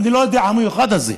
אני לא יודע מה ה"מיוחד" הזה.